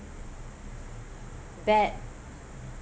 that